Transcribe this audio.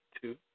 two